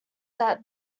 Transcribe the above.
that